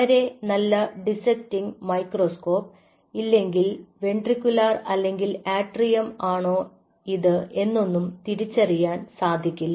വളരെ നല്ല dissecting microscope ഇല്ലെങ്കിൽ വെൻട്രിക്കുലാർ അല്ലെങ്കിൽ ആട്രിയം ആണോ ഇത് എന്നൊന്നും തിരിച്ചറിയാൻ സാധിക്കില്ല